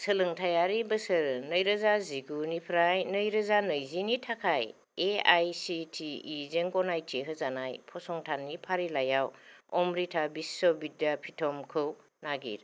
सोलोंथायारि बोसोर नैरोजा जिगुफ्राय नैरोजा नैजिनि थाखाय A I C T E जों गनायथि होजानाय फसंथाननि फारिलाइआव अमृता विष्व विध्धा'पिटमखौ नागिर